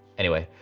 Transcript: anyway,